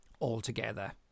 altogether